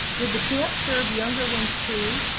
did the camp serve younger ones too?